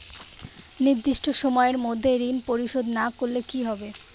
নির্দিষ্ট সময়ে মধ্যে ঋণ পরিশোধ না করলে কি হবে?